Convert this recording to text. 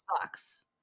sucks